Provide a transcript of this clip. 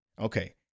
Okay